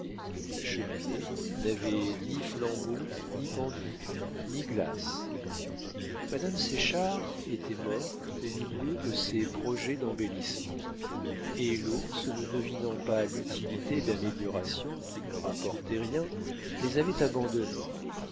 la cheminée n'avait ni flambeau ni pendule ni glace madame séchard était morte au milieu de ses projets d'embellissement et l'ours ne devinant pas l'utilité d'améliorations qui ne rapportaient rien les avait abandonnées